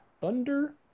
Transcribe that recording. Thunder